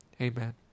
amen